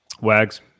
Wags